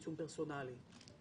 עיצום פרסונלי.